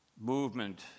movement